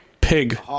pig